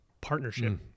partnership